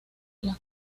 las